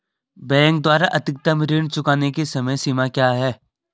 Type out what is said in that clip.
Bank द्वारा अधिकतम ऋण चुकाने की समय सीमा क्या है?